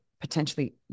potentially